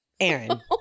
Aaron